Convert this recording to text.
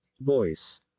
Voice